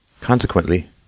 Consequently